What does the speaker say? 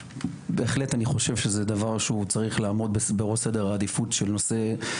בהחלט אני חושב שזה דבר שצריך לעמוד בראש סדר העדיפות במדינה,